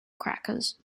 crackers